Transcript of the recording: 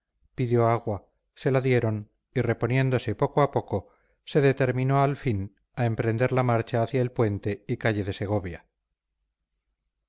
pidió agua se la dieron y reponiéndose poco a poco se determinó al fin a emprender la marcha hacia el puente y calle de segovia